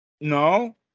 No